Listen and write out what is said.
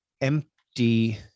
empty